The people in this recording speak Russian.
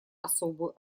особую